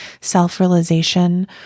self-realization